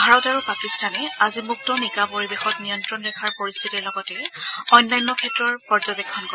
ভাৰত আৰু পাকিস্তানে আজি মুক্ত নিকা পৰিৱেশত নিয়ন্ত্ৰণ ৰেখাৰ পৰিস্থিতি লগতে অন্যান্য ক্ষেত্ৰৰ পৰ্যাবেক্ষণ কৰে